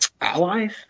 allies